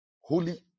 Holy